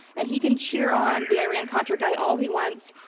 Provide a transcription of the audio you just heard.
and he can cheer on the iran contra guy all he wants.